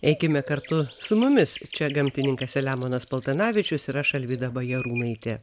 eikime kartu su mumis čia gamtininkas selemonas paltanavičius ir aš alvyda bajarūnaitė